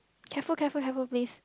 careful careful careful please